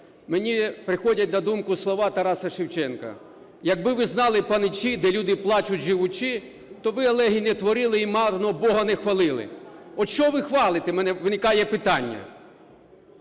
мені приходять на думку слова Тараса Шевченка: "Якби ви знали, паничі, де люди плачуть живучи, то ви б елегій не творили і марне Бога б не хвалили". От що ви хвалите, в мене виникає питання?